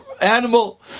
animal